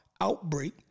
outbreak